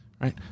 right